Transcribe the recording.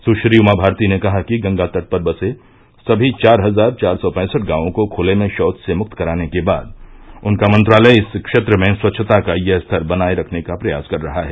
सुश्री उमा भारती ने कहा कि गंगा तट पर बसे समी चार हज़ार चार सौ पैंसठ गांवों को खुले में शौव से मुक्त कराने के बाद उनका मंत्रालय इस क्षेत्र में स्वच्छता का यह स्तर बनाये रखने का प्रयास कर रहा है